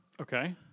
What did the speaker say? Okay